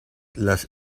las